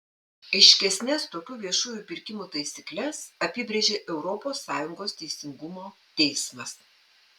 aiškesnes tokių viešųjų pirkimų taisykles apibrėžė europos sąjungos teisingumo teismas